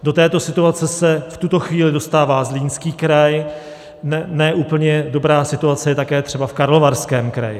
Do této situace se v tuto chvíli dostává Zlínský kraj, ne úplně dobrá situace je také třeba v Karlovarském kraji.